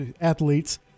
athletes